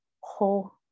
whole